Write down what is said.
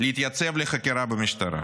להתייצב לחקירה במשטרה.